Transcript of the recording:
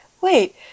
wait